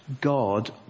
God